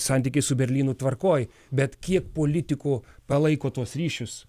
santykis su berlynu tvarkoj bet kiek politikų palaiko tuos ryšius